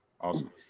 Awesome